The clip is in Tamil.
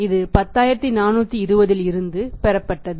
இது 10420 இல் இருந்து பெறப்பட்டது